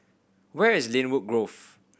where is Lynwood Grove